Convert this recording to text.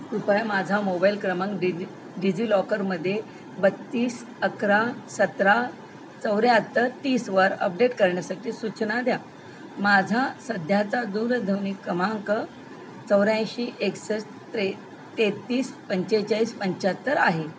कृपया माझा मोबाईल क्रमांक डिजि डिजि लॉकरमध्ये बत्तीस अकरा सतरा चौऱ्याहत्तर तीसवर अपडेट करण्यासाठी सूचना द्या माझा सध्याचा दूरध्वनी क्रमांक चौऱ्याऐंशी एकसष्ट त्रे तेहत्तीस पंचेचाळीस पंच्याहत्तर आहे